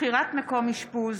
בחירת מקום אשפוז),